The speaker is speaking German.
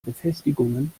befestigungen